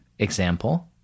Example